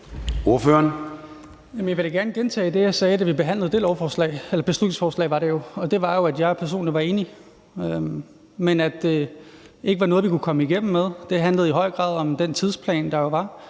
Jeg vil da gerne gentage det, jeg sagde, da vi behandlede det beslutningsforslag, og det var, at jeg personligt var enig, men at det ikke var noget, vi kunne komme igennem med. Det handlede i høj grad om den tidsplan, der var,